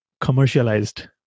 commercialized